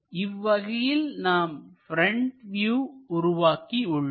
இவ்வகையில் நாம் front view உருவாக்கியுள்ளோம்